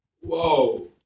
Whoa